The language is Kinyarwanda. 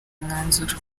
umwanzuro